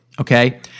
Okay